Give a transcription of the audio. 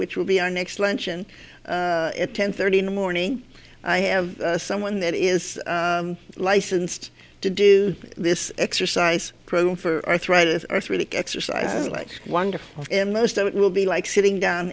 which will be our next luncheon at ten thirty in the morning i have someone that is licensed to do this exercise program for arthritis arthritic exercise like wonderful and most of it will be like sitting down